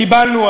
קיבלתם,